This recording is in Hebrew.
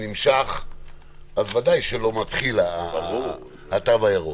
נמשך אז ודאי שלא מתחיל התו הירוק.